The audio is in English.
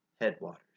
headwaters